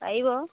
পাৰিব